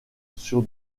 sur